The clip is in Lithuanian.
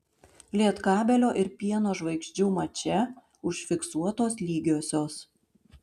lietkabelio ir pieno žvaigždžių mače užfiksuotos lygiosios